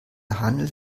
handel